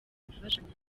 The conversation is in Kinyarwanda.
gufashanya